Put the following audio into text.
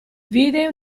vide